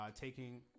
taking